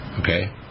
Okay